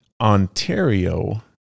Ontario